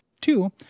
Two